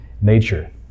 nature